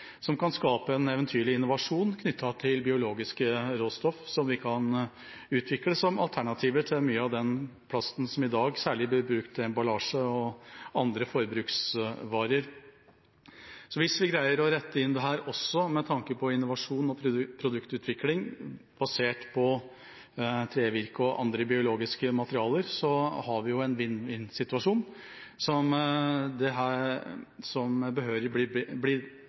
som kan skape en eventyrlig innovasjon knyttet til biologisk råstoff som vi kan utvikle som alternativer til mye av den plasten som i dag særlig blir brukt til emballasje og andre forbruksvarer. Hvis vi greier å innrette dette også med tanke på innovasjon og produktutvikling basert på trevirke og andre biologiske materialer, har vi en vinn-vinn-situasjon, som behørig bør bli en del av det